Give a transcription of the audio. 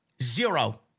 Zero